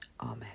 Amen